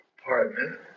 apartment